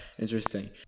Interesting